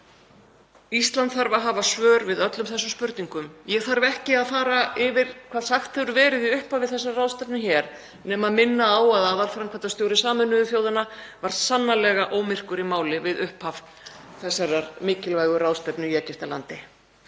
Ísland þarf að hafa svör við öllum þessum spurningum. Ég þarf ekki að fara yfir hvað sagt hefur verið í upphafi þessarar ráðstefnu hér nema að minna á að aðalframkvæmdastjóri Sameinuðu þjóðanna var sannarlega ómyrkur í máli við upphaf þessarar mikilvægu ráðstefnu í Egyptalandi.